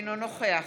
אינו נוכח